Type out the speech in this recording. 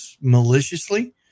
maliciously